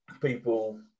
people